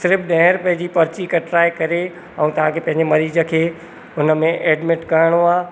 सिर्फ़ु ॾहें रुपए जी पर्ची कटिराए करे ऐं तव्हांखे पंहिंजे मरीज़ खे हुन में एडमिट करिणो आहे